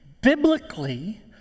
biblically